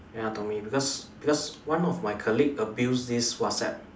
ya to me because because one of my colleague abuse this WhatsApp